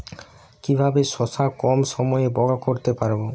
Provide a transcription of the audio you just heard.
কিভাবে শশা কম সময়ে বড় করতে পারব?